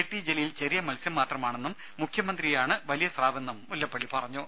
T Jaleel ചെറിയ മത്സ്യം മാത്രമാണെന്നും മുഖ്യമന്ത്രിയാണ് വലിയ സ്രാവെന്നും മുല്ലപ്പള്ളി പറഞ്ഞു